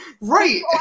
Right